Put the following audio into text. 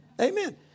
Amen